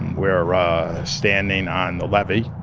we're ah standing on the levee